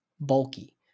bulky